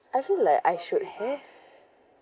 I feel like I should have